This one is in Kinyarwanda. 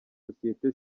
sosiyete